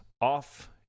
off